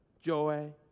joy